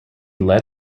led